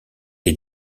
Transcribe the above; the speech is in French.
est